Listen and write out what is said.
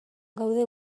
gaude